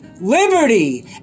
liberty